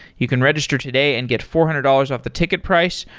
you can register today and get four hundred dollars off the ticket price.